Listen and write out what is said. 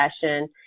session